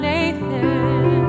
Nathan